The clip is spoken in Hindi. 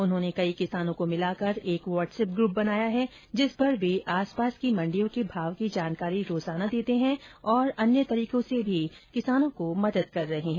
उन्होंने कई किसानों को मिलाकर एक व्हाट्सएप ग्रुप बनाया है जिस पर वे आस पास की मंडियों के भाव की जानकारी रोजाना देते हैं और अन्य तरीकों से भी किसानों को जागरुक कर रहे हैं